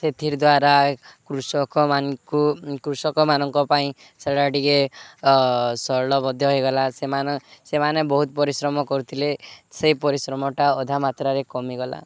ସେଥିର୍ ଦ୍ୱାରା କୃଷକମାନଙ୍କୁ କୃଷକମାନଙ୍କ ପାଇଁ ସେଇଟା ଟିକେ ସରଳ ମଧ୍ୟ ହେଇଗଲା ସେମାନେ ସେମାନେ ବହୁତ ପରିଶ୍ରମ କରୁଥିଲେ ସେଇ ପରିଶ୍ରମଟା ଅଧା ମାତ୍ରାରେ କମିଗଲା